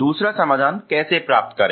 दूसरा समाधान कैसे प्राप्त करें